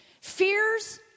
Fear's